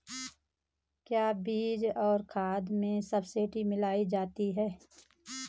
क्या बीज और खाद में सब्सिडी मिल जाती है?